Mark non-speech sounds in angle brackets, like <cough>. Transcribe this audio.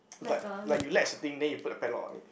<noise> it's like like you ledge the thing then you put the padlock on it